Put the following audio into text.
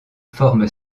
forme